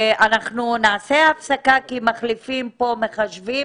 אנחנו נעשה הפסקה כי מחליפים פה מחשבים,